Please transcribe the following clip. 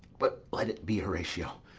but let it be horatio,